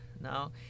now